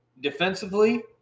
defensively